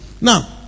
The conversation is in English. Now